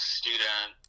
student